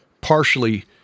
partially